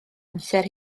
amser